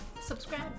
Subscribe